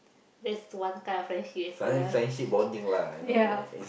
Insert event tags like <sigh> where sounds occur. that's one kind of friendship as well <laughs> ya